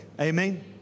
Amen